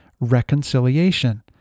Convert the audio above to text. reconciliation